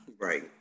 Right